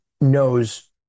knows